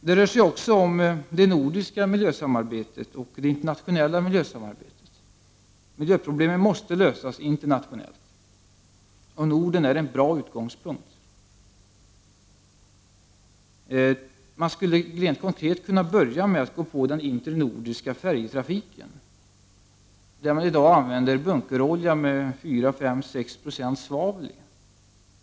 Det rör sig också om det nordiska och det internationella miljösamarbetet. Miljöproblemen måste lösas internationellt, och Norden är en bra utgångspunkt. Vi skulle rent konkret kunna börja med den internordiska färjetrafiken. Där används i dag bunkerolja med 4, 5 eller 6 96 svavel.